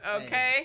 Okay